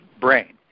brain